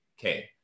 okay